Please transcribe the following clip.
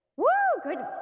woo! good!